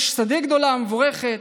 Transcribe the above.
יש שדה גדול ומבורך,